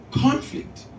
conflict